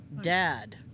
dad